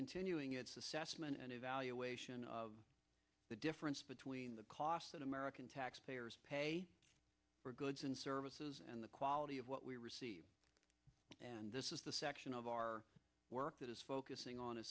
assessment and evaluation of the difference between the cost that american taxpayers pay for goods and services and the quality of what we receive and this is the section of our work that is focusing on a